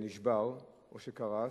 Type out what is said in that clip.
שנשבר או שקרס,